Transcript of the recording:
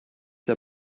der